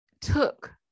took